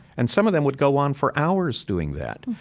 and some of them would go on for hours doing that.